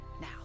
Now